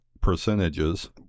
percentages